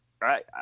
right